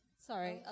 Sorry